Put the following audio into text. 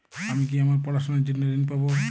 আমি কি আমার পড়াশোনার জন্য ঋণ পাব?